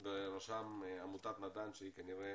בראשם עמותת נדן שהיא כנראה